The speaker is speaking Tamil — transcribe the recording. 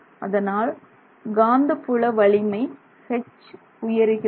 அதனால் காந்தப் புல வலிமை 'H' உயருகிறது